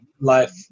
life